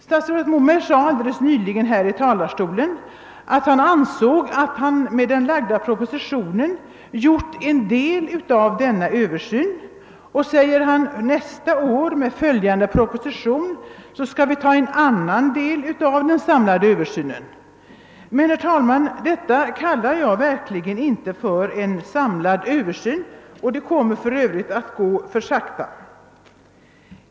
Statsrådet Moberg sade nyss att han ansåg att han med den framlagda propositionen har gjort en del av denna översyn. Nästa år, säger han, skall regeringen med den då kommande pro positionen göra en annan del av den samlade översynen. Detta, herr talman, kallar jag verkligen inte för en samlad översyn. För övrigt kommer den att gå för sakta.